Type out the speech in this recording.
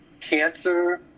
cancer